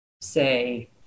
say